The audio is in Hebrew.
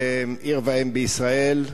עיר ואם בישראל,